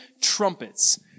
trumpets